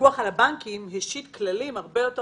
הפיקוח על הבנקים השית כללים הרבה יותר